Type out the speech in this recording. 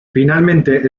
finalmente